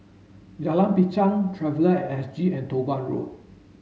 Jalan Binchang Traveller at S G and Toh Guan Road